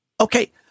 Okay